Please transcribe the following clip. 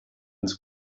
ins